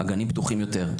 הגנים פתוחים יותר,